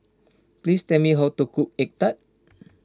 please tell me how to cook Egg Tart